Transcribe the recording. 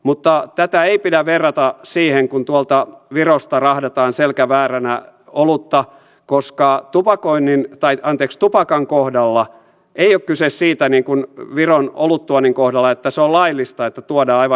mutta tätä ei pidä verrata siihen kun tuolta virosta rahdataan selkä vääränä olutta koska tupakan kohdalla ei ole kyse siitä niin kuin viron oluttuonnin kohdalla että se on laillista että tuodaan aivan hirveästi